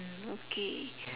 mm okay